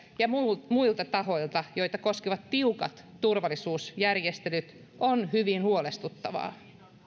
ja muilta tahoilta joita koskevat tiukat turvallisuusjärjestelyt on hyvin huolestuttavaa